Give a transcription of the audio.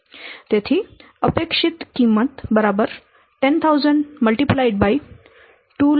તેથી અપેક્ષિત કિંમત 10000 2500000